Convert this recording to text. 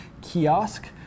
kiosk